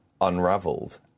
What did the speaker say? unraveled